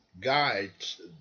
guides